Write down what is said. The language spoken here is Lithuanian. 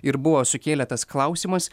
ir buvo sukėlė tas klausimas